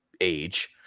age